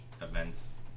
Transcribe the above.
events